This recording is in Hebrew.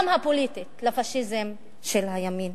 גם הפוליטית, לפאשיזם של הימין.